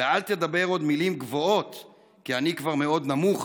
/ ואל תדבר עוד מילים גבוהות / כי אני כבר מאוד נמוך,